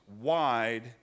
Wide